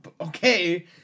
Okay